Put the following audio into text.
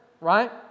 right